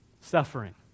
Suffering